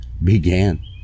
began